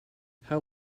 how